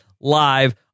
live